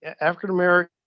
African-American